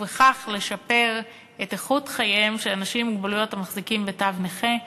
ובכך לשפר את איכות חייהם של אנשים עם מוגבלויות המחזיקים בתו נכה.